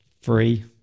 free